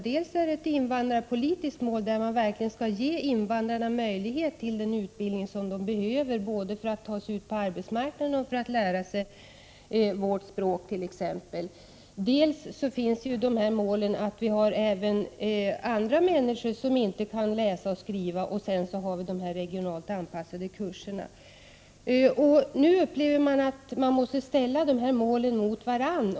Det är ett invandrarpolitiskt mål, som innebär att man verkligen skall ge invandrarna möjlighet till den utbildning som de behöver, både för att ta sig ut på arbetsmarknaden och för att lära sig vårt språk. Vi har också målet att tillgodose andra människor som inte kan läsa och skriva. Sedan har vi de regionalt anpassade kurserna. Nu upplever vi att man måste ställa de här målen mot varandra.